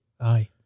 Aye